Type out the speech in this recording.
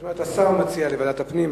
זאת אומרת, השר מציע לוועדת הפנים.